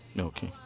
Okay